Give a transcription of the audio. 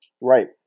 Right